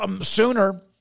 sooner